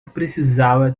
precisava